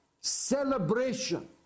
celebration